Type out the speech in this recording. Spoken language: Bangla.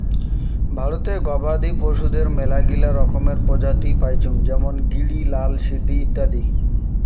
ভারতে গবাদি পশুদের মেলাগিলা রকমের প্রজাতি পাইচুঙ যেমন গিরি, লাল সিন্ধি ইত্যাদি